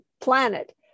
planet